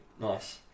Nice